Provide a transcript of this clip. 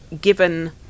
given